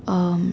um